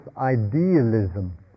idealism